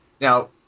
Now